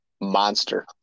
Monster